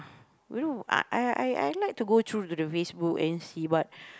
you know I I I I like to go through the Facebook and then see what